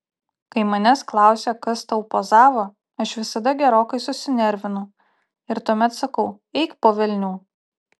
kai manęs klausia kas tau pozavo aš visada gerokai susinervinu ir tuomet sakau eik po velnių